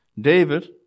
David